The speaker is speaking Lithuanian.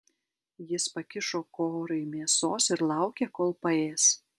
jis pakišo korai mėsos ir laukė kol paės